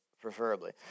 preferably